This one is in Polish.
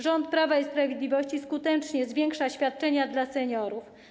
Rząd Prawa i Sprawiedliwości skutecznie zwiększa kwoty świadczeń dla seniorów.